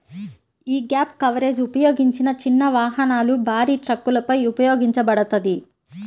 యీ gap coverage ఉపయోగించిన చిన్న వాహనాలు, భారీ ట్రక్కులపై ఉపయోగించబడతది